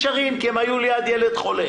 ורישום הוא לאו דווקא הפעולה הראשונה שהוא עושה.